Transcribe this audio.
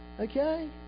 Okay